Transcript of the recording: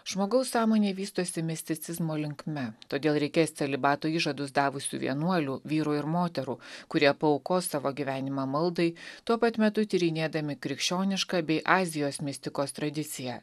žmogaus sąmonė vystosi misticizmo linkme todėl reikės celibato įžadus davusių vienuolių vyrų ir moterų kurie paaukos savo gyvenimą maldai tuo pat metu tyrinėdami krikščionišką bei azijos mistikos tradiciją